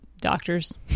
doctors